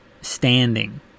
standing